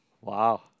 Wow